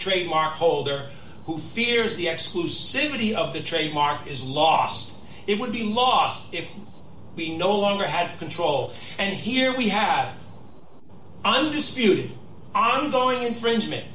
trademark holder who fears the exclusivity of the trademark is lost it would be lost if we no longer had control and here we have undisputed ongoing infringement